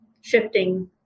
shifting